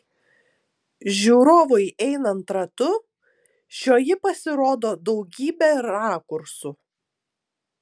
žiūrovui einant ratu šioji pasirodo daugybe rakursų